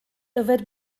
yfed